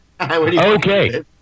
Okay